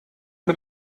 mit